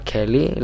Kelly